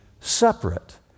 separate